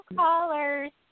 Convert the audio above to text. callers